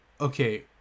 Okay